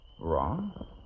Wrong